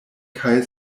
kaj